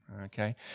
okay